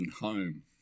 home